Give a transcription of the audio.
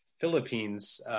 Philippines